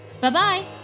Bye-bye